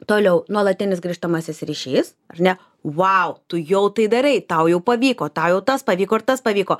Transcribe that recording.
toliau nuolatinis grįžtamasis ryšys ar ne vau tu jau tai darai tau jau pavyko tau jau tas pavyko ir tas pavyko